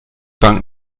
bank